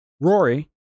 Rory